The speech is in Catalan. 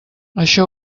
això